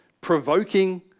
provoking